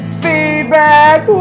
feedback